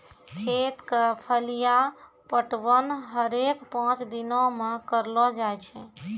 खेत क फलिया पटवन हरेक पांच दिनो म करलो जाय छै